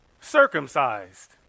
circumcised